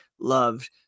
loved